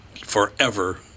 Forever